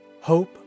Hope